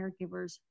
caregivers